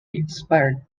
inspired